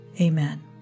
Amen